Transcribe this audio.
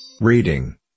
Reading